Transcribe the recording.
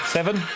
Seven